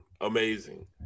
amazing